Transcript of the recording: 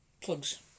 Plugs